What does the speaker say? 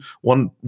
one